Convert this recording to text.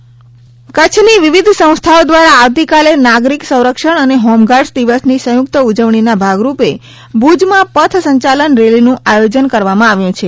પંથ સંચાલન કાર્યક્રમ કચ્છની વિવિધ સંસ્થાઓ દ્વારા આવતીકાલે નાગરિક સંરક્ષણ અને હોમગાર્ડઝ દિવસની સંયુક્ત ઉજવણીના ભાગ રૂપે ભુજમાં પથ સંયલન રેલીનું આયોજન કરવામાં આવ્યું છે